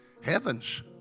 Heavens